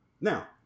Now